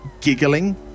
giggling